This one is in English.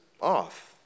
off